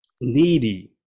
needy